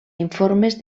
informes